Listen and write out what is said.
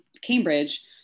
Cambridge